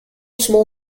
small